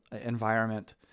environment